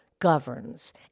governs